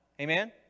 Amen